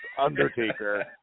Undertaker